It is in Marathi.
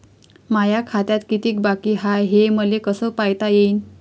माया खात्यात कितीक बाकी हाय, हे मले कस पायता येईन?